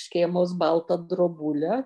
škėmos baltą drobulę